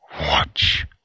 watch